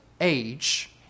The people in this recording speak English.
age